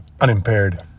unimpaired